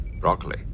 Broccoli